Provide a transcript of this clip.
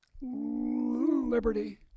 liberty